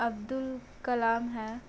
अब्दुल कलाम है